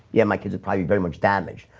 yeah, my kids are probably very much damaged,